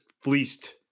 fleeced